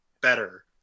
better